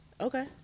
Okay